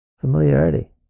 Familiarity